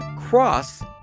cross